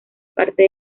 parte